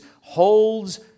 holds